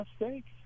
mistakes